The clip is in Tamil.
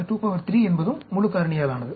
23 என்பதும் முழு காரணியாலானது